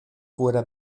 fuera